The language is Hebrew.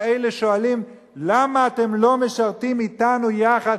אלה שואלים: למה אתם לא משרתים אתנו יחד,